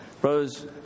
Brothers